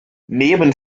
neben